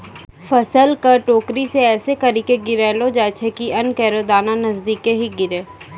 फसल क टोकरी सें ऐसें करि के गिरैलो जाय छै कि अन्न केरो दाना नजदीके ही गिरे